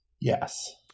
Yes